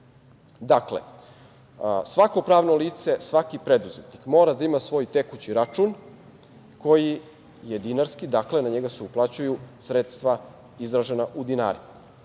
Dakle, svako pravno pravno lice, svaki preduzetnik mora da ima svoj tekući račun koji je dinarski, dakle na njega se uplaćuju sredstva izražena u dinarima.